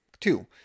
two